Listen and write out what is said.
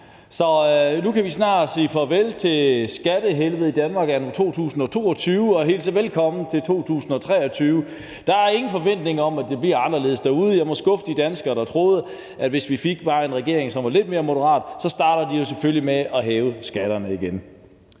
Så nu kan vi snart sige farvel til skattehelvedet i Danmark anno 2022 og hilse velkommen til 2023. Der er ingen forventning om, at det bliver anderledes derude, og jeg må skuffe de danskere, der troede, vi bare fik en regering, som var lidt mere moderat; men så startede de jo selvfølgelig med at hæve skatterne igen.